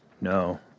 No